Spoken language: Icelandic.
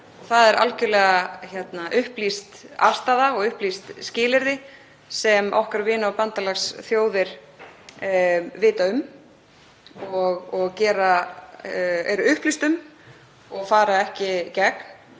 Það er algjörlega upplýst afstaða og upplýst skilyrði sem okkar vina- og bandalagsþjóðir vita um og eru upplýstar um og fara ekki gegn.